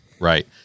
Right